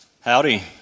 Howdy